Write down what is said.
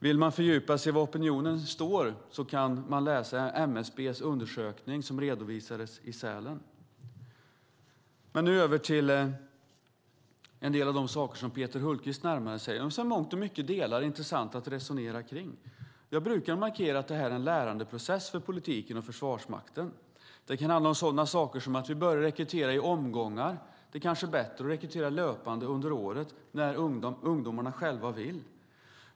Vill man fördjupa sig i var opinionen står kan man läsa MSB:s undersökning som redovisades i Sälen. Jag går nu över till en del av de saker som Peter Hultqvist närmade sig - i mångt och mycket delar som det är intressant att resonera om. Jag brukar markera att det här är en lärandeprocess för politiken och Försvarsmakten. Det kan handla om en sådan sak som detta med att rekrytera i omgångar. Det är kanske bättre att rekrytera löpande under året, när ungdomarna själva vill.